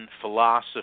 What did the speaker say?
philosophy